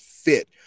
fit